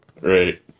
Right